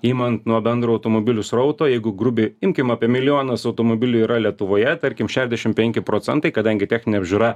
imant nuo bendro automobilių srauto jeigu grubiai imkim apie milijonas automobilių yra lietuvoje tarkim šešdešim penki procentai kadangi techninė apžiūra